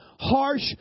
harsh